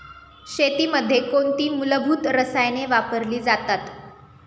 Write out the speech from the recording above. शेतीमध्ये कोणती मूलभूत रसायने वापरली जातात?